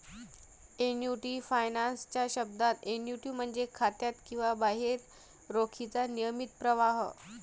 annuity finance च्या शब्दात, annuity म्हणजे खात्यात किंवा बाहेर रोखीचा नियमित प्रवाह